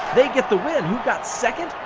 they get the win. who got second?